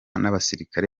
n’abasirikare